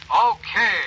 Okay